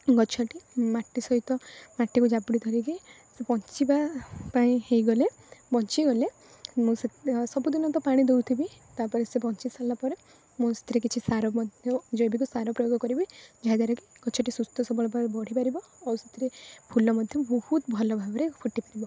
ଗଛଟି ମାଟି ସହିତ ମାଟିକୁ ଜାବୁଡ଼ି ଧରିକି ସେ ବଞ୍ଚିବା ପାଇଁ ହୋଇଗଲେ ବଞ୍ଚିଗଲେ ମୁଁ ସେ ସବୁଦିନ ତ ପାଣି ଦେଉଥିବି ତାପରେ ସେ ବଞ୍ଚିସାରିଲାପରେ ମୁଁ ସେଥିରେ କିଛି ସାର ମଧ୍ୟ ଜୈବିକସାର ପ୍ରୟୋଗ କରିବି ଯାହାଦ୍ଵାରା କି ଗଛଟି ସୁସ୍ଥ ସବଳ ଭାବେ ବଢ଼ିପାରିବ ଆଉ ସେଥିରେ ଫୁଲ ମଧ୍ୟ ବହୁତ ଭଲଭାବରେ ଫୁଟି ପାରିବ